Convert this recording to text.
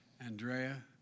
Andrea